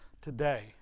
today